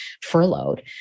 furloughed